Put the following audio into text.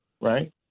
Right